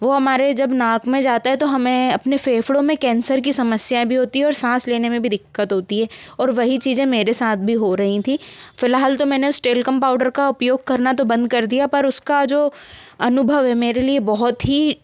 वो हमारे जब नाक में जाता है तो हमें अपने फेफड़ों मे कैंसर की समस्याएं भी होती है और सांस लेने मे भी दिक्कत होती है और वही चीज़ें मेरे साथ भी हो रही थी फिलहाल तो मैंने उस टेल्कम पाउडर का उपयोग करना तो बंद कर दिया पर उसका जो अनुभव है मेरे लिए बहुत ही